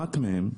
אחת מהן,